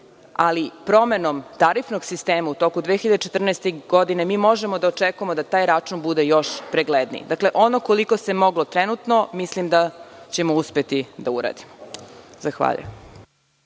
Promenom tarifnog sistema u toku 2014. godine možemo očekivati da taj račun bude još pregledniji. Koliko se moglo trenutno, mislim da ćemo uspeti da uradimo. Zahvaljujem.